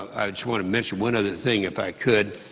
i just want to mention one other thing, if i could,